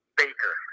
baker